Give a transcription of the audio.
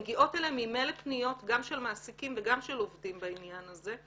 מגיעות אליהם ממילא פניות גם של מעסיקים וגם של עובדים בעניין הזה.